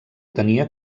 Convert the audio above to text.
tenia